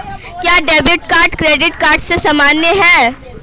क्या debit card credit card के समान है?